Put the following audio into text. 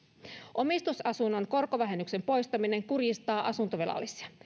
omistusasunnon korkovähennyksen poistaminen kurjistaa asuntovelallisia